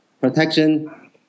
protection